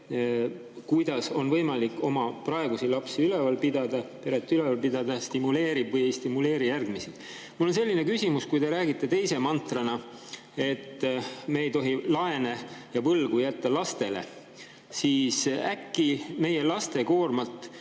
kuidas on võimalik oma praegusi lapsi üleval pidada, peret ülal pidada, stimuleerib või ei stimuleeri järgmiste saamist. Mul on selline küsimus. Kui te räägite teise mantrana, et me ei tohi laene ja võlgu jätta lastele, siis äkki meie laste koormat